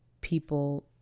people